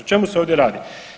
O čemu se ovdje radi?